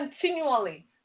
continually